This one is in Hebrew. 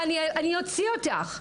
אני אוציא אותך.